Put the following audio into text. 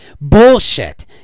bullshit